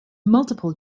multiple